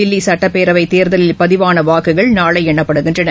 தில்லி சட்டப்பேரவை தேர்தலில் பதிவான வாக்குகள் நாளை எண்ணப்படுகின்றன